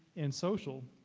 and social,